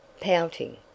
pouting